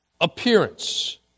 appearance